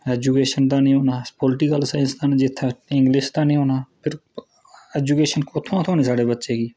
education दा नीं होना पोलटिकल दा नीं होना जां इंगलिश दा नीं होना कुत्थुआं दा थ्होनी साढ़े बच्चें गी